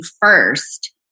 first